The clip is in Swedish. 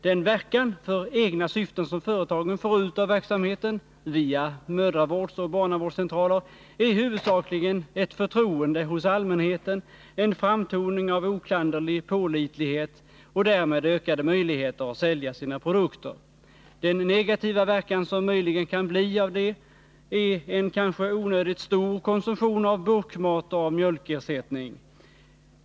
Den verkan för egna syften som företagen får ut av verksamheten via mödravårdsoch barnavårdscentraler är huvudsakligen ett förtroende hos allmänheten, en framtoning av oklanderlig pålitlighet och därmed ökade möjligheter att sälja sina produkter. Den negativa verkan som möjligen kan bli av det är en kanske onödigt stor konsumtion av burkmat och av mjölkersättning.